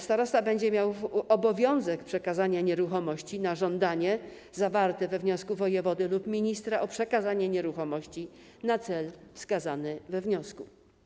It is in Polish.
Starosta będzie miał obowiązek przekazania nieruchomości na żądanie zawarte we wniosku wojewody lub ministra o przekazanie nieruchomości na cel wskazany we wniosku.